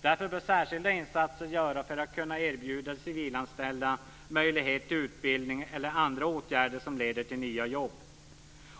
Därför bör särskilda insatser göras för att kunna erbjuda civilanställda möjligheter till utbildning eller andra åtgärder som leder till nya jobb.